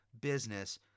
business